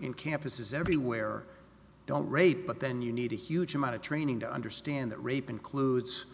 in campuses everywhere don't rape but then you need a huge amount of training to understand that rape includes